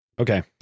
Okay